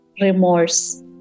remorse